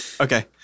Okay